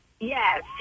Yes